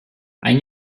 ein